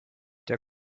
der